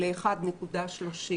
ל-1.33.